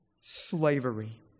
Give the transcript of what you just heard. slavery